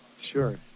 sure